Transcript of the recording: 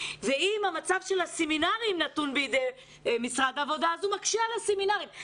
ואם המצב של הסמינרים נתון בידי משרד העבודה אז הוא מקשה על הסמינרים.